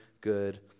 good